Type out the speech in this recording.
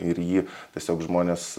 ir jį tiesiog žmonės